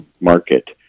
market